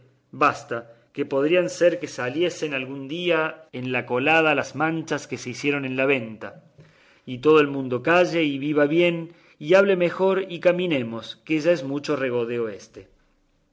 basta que podría ser que saliesen algún día en la colada las manchas que se hicieron en la venta y todo el mundo calle y viva bien y hable mejor y caminemos que ya es mucho regodeo éste